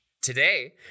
Today